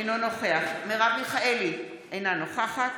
אינו נוכח מרב מיכאלי, אינה נוכחת